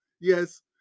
Yes